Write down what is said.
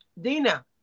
Dina